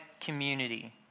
community